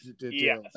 yes